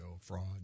fraud